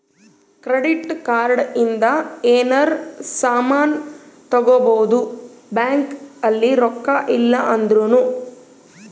credit card ಇಂದ ಯೆನರ ಸಾಮನ್ ತಗೊಬೊದು ಬ್ಯಾಂಕ್ ಅಲ್ಲಿ ರೊಕ್ಕ ಇಲ್ಲ ಅಂದೃನು